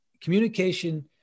communication